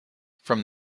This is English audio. from